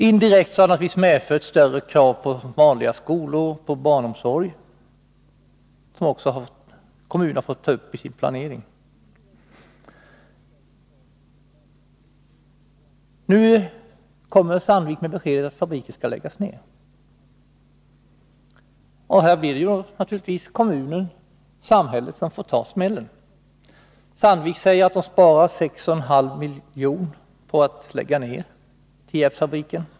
Indirekt har det naturligtvis blivit större krav på vanliga skolor och barnomsorg, något som kommunen har fått beakta i sin planering. Så kommer Sandvik med beskedet att fabriken skall läggas ned, och då blir det naturligtvis kommunen-samhället som får ta smällen. Sandvik säger att företaget sparar 6,5 milj.kr. på att lägga ned Tierpsfabriken.